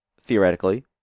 theoretically